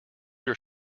your